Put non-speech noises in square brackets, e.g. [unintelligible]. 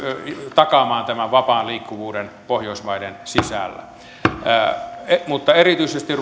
takaamaan tämän vapaan liikkuvuuden pohjoismaiden sisällä mutta erityisesti [unintelligible]